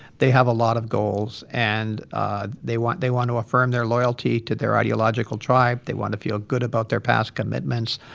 they have a lot of goals. and they want they want to affirm their loyalty to their ideological tribe. they want to feel good about their past commitments.